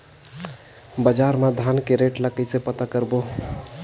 बजार मा धान के रेट ला कइसे पता करबो?